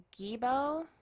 Gibo